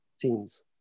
teams